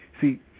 See